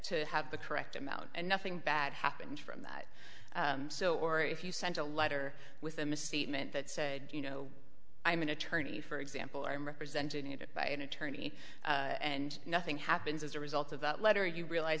to have the correct amount and nothing bad happened from that so or if you sent a letter with a misstatement that said you know i'm an attorney for example i'm represented by an attorney and nothing happens as a result of that letter you realize